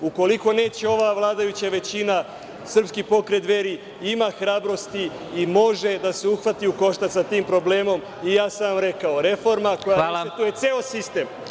Ukoliko neće ova vladajuća većina, Srpski pokret Dveri ima hrabrosti i može da se uhvati u koštac sa tim problemom i ja sam vam rekao – reforma koja očekuje ceo sistem